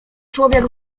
człowiek